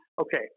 okay